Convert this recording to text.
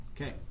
okay